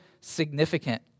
significant